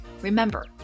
Remember